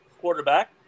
quarterback